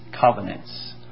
covenants